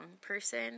person